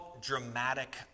dramatic